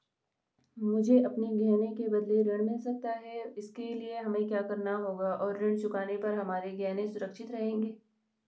मुझे अपने गहने के बदलें ऋण मिल सकता है इसके लिए हमें क्या करना होगा और ऋण चुकाने पर हमारे गहने सुरक्षित रहेंगे?